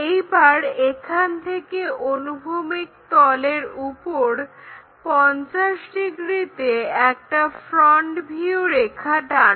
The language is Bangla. এইবার এখান থেকে অনুভূমিক তলের উপর 50 ডিগ্রিতে একটা ফ্রন্ট ভিউ রেখা টান